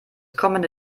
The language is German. kommende